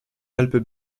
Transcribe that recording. alpes